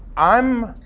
i'm